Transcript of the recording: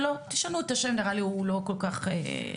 תשנו את השם נראה לי, הוא לא כל כך נגיש.